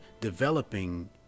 developing